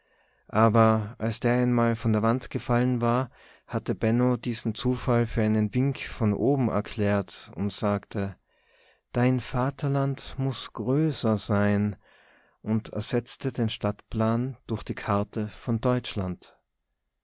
aber als der einmal von der wand gefallen war hatte benno diesen zufall für einen wink von oben erklärt sagte dein vaterland muß größer sein und ersetzte den stadtplan durch die karte von deutschland